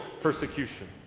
persecution